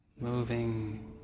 Moving